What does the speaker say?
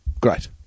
Great